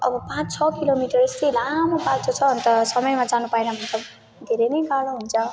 अब पाँच छ किलोमिटर यसै लामो बाटो छ अन्त समयमा जान पाएन भने त धेरै नै गाह्रो हुन्छ